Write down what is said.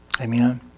Amen